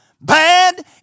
bad